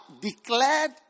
declared